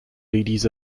ladies